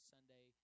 Sunday